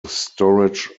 storage